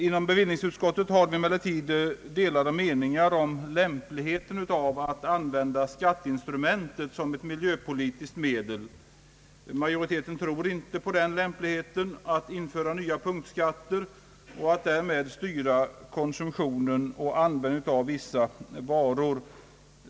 Inom = bevillningsutskottet har vi emellertid delade meningar om lämpligheten av att använda skatteinstrumentet som miljöpolitiskt medel. Majoriteten tror inte på lämpligheten av att införa nya punktskatter och därmed styra konsumtionen och användningen av vissa varor.